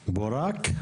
בורק,